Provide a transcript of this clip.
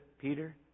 Peter